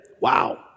Wow